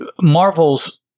Marvel's